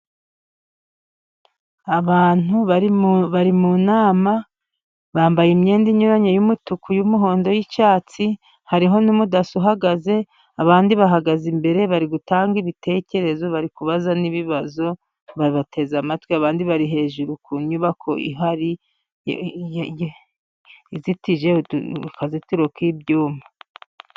Abantu bari mu nama bambaye imyenda inyuranye y'umutuku, y'umuhondo, y'icyatsi, hariho n'umudaso uhagaze, abandi bahagaze imbere bari butanga ibitekerezo, bari kubaza n'ibibazo babateze amatwi, abandi bari hejuru ku nyubako ihari, izitije akazitiro k'ibyuma.